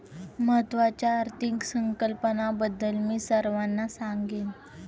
महत्त्वाच्या आर्थिक संकल्पनांबद्दल मी सर्वांना सांगेन